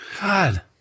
God